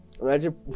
Imagine